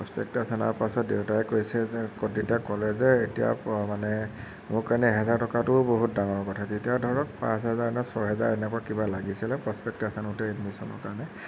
prospectus অনাৰ পিছত দেউতাই কৈছে যে দেউতাই ক'লে যে এতিয়াৰ পৰা মানে মোৰ কাৰণে এহেজাৰ টকাটোও বহুত ডাঙৰ কথা তেতিয়াও ধৰক পাঁচ হেজাৰ নে ছহেজাৰ এনেকুৱা কিবা লাগিছিল প্ৰছপ্ৰেকটাছ আনোঁতে এডমিছনৰ কাৰণে